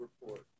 report